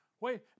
wait